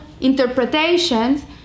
interpretations